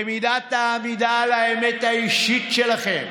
במידת העמידה על האמת האישית שלכם.